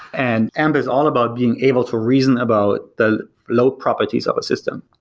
and amp is all about being able to reason about the low properties of a system.